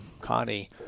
Connie